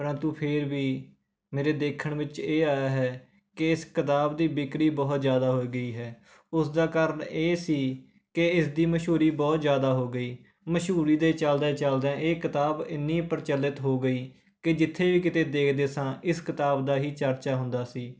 ਪ੍ਰੰਤੂ ਫੇਰ ਵੀ ਮੇਰੇ ਦੇਖਣ ਵਿੱਚ ਇਹ ਆਇਆ ਹੈ ਕਿ ਇਸ ਕਿਤਾਬ ਦੀ ਵਿਕਰੀ ਬਹੁਤ ਜ਼ਿਆਦਾ ਹੋ ਗਈ ਹੈ ਉਸ ਦਾ ਕਾਰਨ ਇਹ ਸੀ ਕਿ ਇਸਦੀ ਮਸ਼ਹੂਰੀ ਬਹੁਤ ਜ਼ਿਆਦਾ ਹੋ ਗਈ ਮਸ਼ਹੂਰੀ ਦੇ ਚਲਦਿਆਂ ਚਲਦਿਆਂ ਇਹ ਕਿਤਾਬ ਇੰਨੀ ਪ੍ਰਚਲਿਤ ਹੋ ਗਈ ਕਿ ਜਿੱਥੇ ਵੀ ਕਿਤੇ ਦੇਖਦੇ ਸਾਂ ਇਸ ਕਿਤਾਬ ਦਾ ਹੀ ਚਰਚਾ ਹੁੰਦਾ ਸੀ